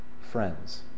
friends